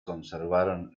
conservaron